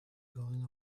going